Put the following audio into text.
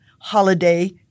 holiday